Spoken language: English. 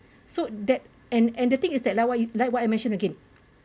so that and and the thing is that like what you like what I mentioned again